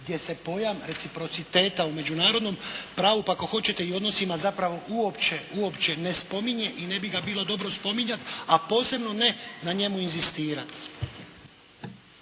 gdje se pojam reciprociteta u međunarodnom pravu pa ako hoćete i odnosima zapravo uopće ne spominje i ne bi ga bilo dobro spominjati, a posebno ne na njemu inzistirati.